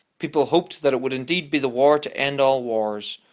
people hoped that it would indeed be the war to end all wars!